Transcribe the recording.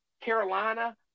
Carolina